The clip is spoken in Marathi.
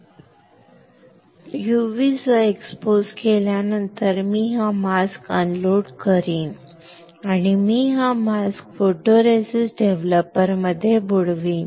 मी UV सह एक्सपोज केल्यानंतर मी हा मास्क अनलोड करीन आणि मी हा मास्क फोटोरेसिस्ट डेव्हलपरमध्ये बुडवीन